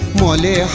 mole